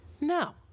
No